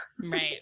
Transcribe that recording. Right